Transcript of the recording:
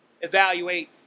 evaluate